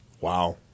Wow